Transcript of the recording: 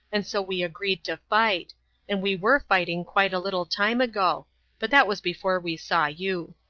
and so we agreed to fight and we were fighting quite a little time ago but that was before we saw you.